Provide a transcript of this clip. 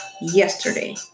yesterday